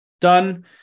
Done